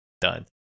done